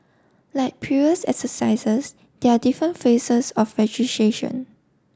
like previous exercises there are different phases of registration